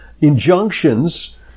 injunctions